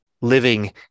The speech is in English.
living